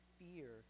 fear